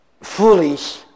foolish